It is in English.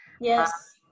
Yes